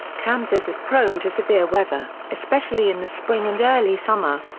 kansas is prone to severe weather, especially in the spring and early summer.